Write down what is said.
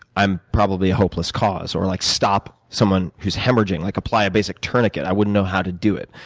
i'm probably a hopeless cause, or like stop someone who's hemorrhaging, like apply a basic tourniquet, i wouldn't know how to do it.